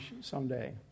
someday